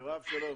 מרב, שלום.